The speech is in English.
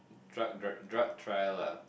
drug drug drug trial lah